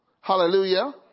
Hallelujah